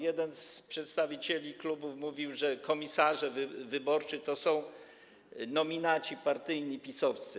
Jeden z przedstawicieli klubów mówił, że komisarze wyborczy to są nominaci partyjni, PiS-owscy.